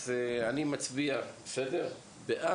אז אני מצביע בעד